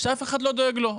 שאף אחד לא דואג לו,